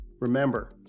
remember